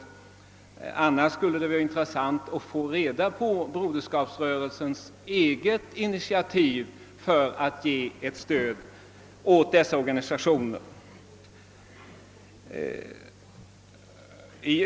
I annat fall skulle det vara intressant att få veta vilket Broderskapsrörelsens eget initiativ för att stödja dessa organisationer är.